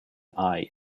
eye